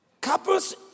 couples